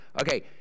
Okay